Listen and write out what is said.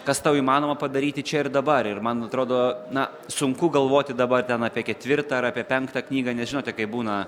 kas tau įmanoma padaryti čia ir dabar ir man atrodo na sunku galvoti dabar ten apie ketvirtą ar apie penktą knygą nes žinote kaip būna